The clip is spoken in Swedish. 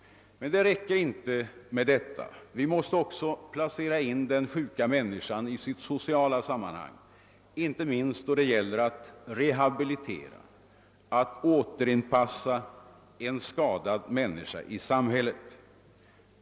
Men det räcker inte med detta. Vi måste också placera in den sjuka människan i sitt sociala sammanhang, inte minst då det gäller att rehabilitera, att återinpassa en skadad människa i samhället.